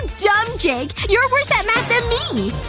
dumb, jake! you're worse at math than me!